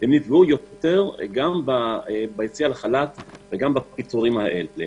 הן נפגעו יותר גם ביציאה לחל"ת וגם בפיטורים האלה.